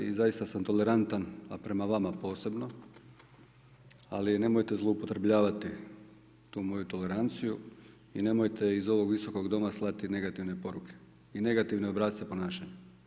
Da i zaista sam tolerantan a prema vama posebno, ali nemojte zloupotrjebljavati tu moju toleranciju i nemojte iz ovog Visokog doma slati negativne poruke i negativne obrasce ponašanja.